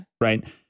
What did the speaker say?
Right